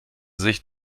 sich